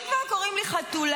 אם כבר קוראים לי חתולה,